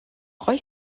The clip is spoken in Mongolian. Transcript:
гоё